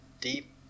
deep